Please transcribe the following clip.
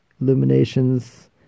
illuminations